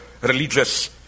religious